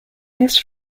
this